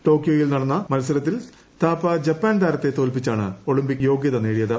ടോകിയോയിൽ നടന്ന മത്സരത്തിൽ താപ്പ ജപ്പാൻ താരത്തെ തോല്പിച്ചാണ് ഒളിംപിക് യോഗ്യത നേടിയത്